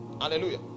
hallelujah